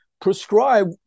prescribe